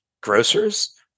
grocers